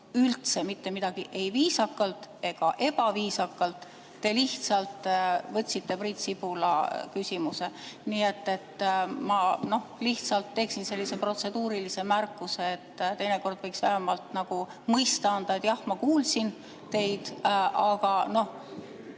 üldse mitte midagi, ei viisakalt ega ebaviisakalt. Te lihtsalt võtsite Priit Sibula küsimuse. Nii et ma teen sellise protseduurilise märkuse, et teinekord võiks vähemalt mõista anda, et jah, ma kuulsin teid, või